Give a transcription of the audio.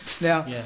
Now